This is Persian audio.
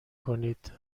کنید